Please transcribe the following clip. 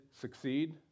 succeed